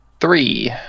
Three